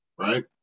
right